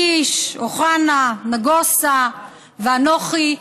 קיש, אוחנה, נגוסה ואנוכי.